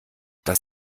das